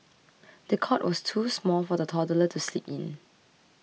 the cot was too small for the toddler to sleep in